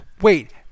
Wait